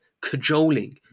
cajoling